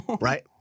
Right